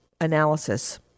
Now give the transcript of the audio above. analysis